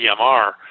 EMR